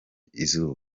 izuba